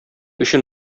өчен